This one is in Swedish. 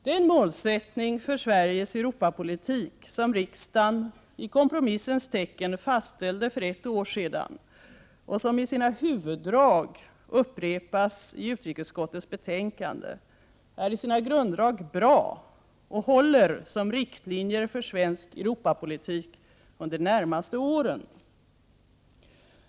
Den målsättning för Sveriges Europapolitik som riksdagen i kompromissens tecken fastställde för ett år sedan och som nu i sina huvuddrag upprepas i utrikesutskottets betänkande är i sina grunddrag bra och håller som riktlinjer för svensk Europapolitik under de närmaste åren.